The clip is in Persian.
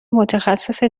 متخصص